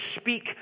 speak